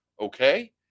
Okay